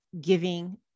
giving